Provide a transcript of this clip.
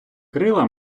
крила